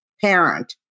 parent